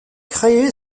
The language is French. créé